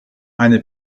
eine